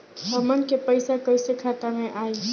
हमन के पईसा कइसे खाता में आय?